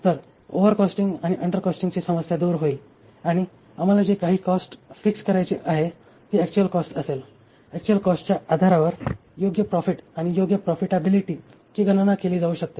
तर ओव्हरकॉस्टिंग आणि अंडरकॉस्टिंगची समस्या दूर होईल आणि आम्हाला जे काही कॉस्ट फिक्स करायची आहे ती ऍक्चुअल कॉस्ट असेल ऍक्चुअल कॉस्टच्या आधारावर योग्य प्रॉफिट आणि योग्य प्रॉफिटॅबिलिटीची गणना केली जाऊ शकते